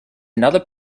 another